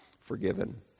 forgiven